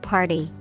Party